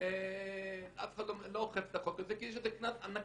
כי יש על זה קנס ענקי.